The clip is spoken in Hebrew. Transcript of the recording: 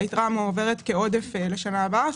היתרה מועברת כעודף לשנה הבאה,